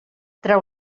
treu